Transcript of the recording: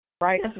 right